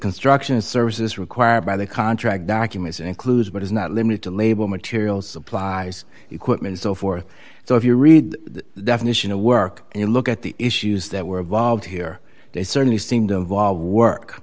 construction service is required by the contract documents it includes but is not limited to label materials supplies equipment so forth so if you read the definition of work and you look at the issues that were involved here they certainly seem to